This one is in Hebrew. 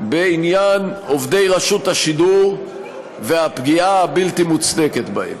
בעניין עובדי רשות השידור והפגיעה הבלתי-מוצדקת בהם.